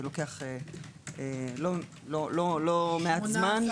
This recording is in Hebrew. זה לוקח לא מעט זמן,